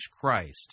Christ